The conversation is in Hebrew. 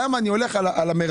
למה אני הולך על המירבי,